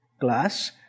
glass